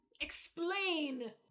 Explain